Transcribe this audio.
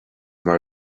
mar